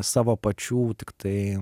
savo pačių tiktai